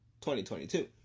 2022